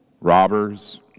robbers